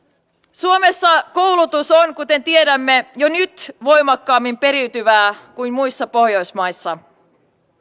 suomessa koulutus on kuten tiedämme jo nyt voimakkaammin periytyvää kuin muissa pohjoismaissa